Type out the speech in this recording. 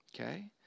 Okay